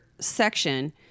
section